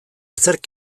zerk